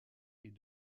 est